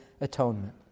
atonement